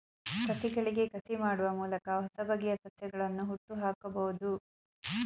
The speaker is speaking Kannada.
ಸಸಿಗಳಿಗೆ ಕಸಿ ಮಾಡುವ ಮೂಲಕ ಹೊಸಬಗೆಯ ಸಸ್ಯಗಳನ್ನು ಹುಟ್ಟುಹಾಕಬೋದು